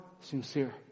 sincere